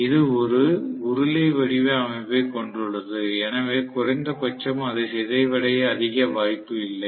இது ஒரு உருளை வடிவ அமைப்பைக் கொண்டுள்ளதுஎனவே குறைந்தபட்சம் அது சிதைவடைய அதிக வாய்ப்பு இல்லை